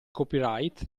copyright